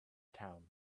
town